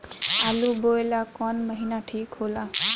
आलू बोए ला कवन महीना ठीक हो ला?